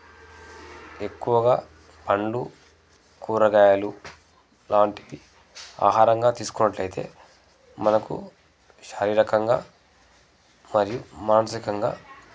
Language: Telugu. ఎక్కువుగా పండ్లు కూరగాయలు లాంటివి ఆహారంగా తీసుకున్నట్లయితే మనకు శారీరకంగా మరియు మానసికంగా